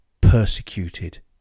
persecuted